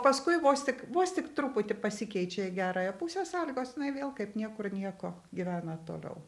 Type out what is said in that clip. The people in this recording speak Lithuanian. paskui vos tik vos tik truputį pasikeičia į gerąją pusę sąlygos jinai vėl kaip niekur nieko gyvena toliau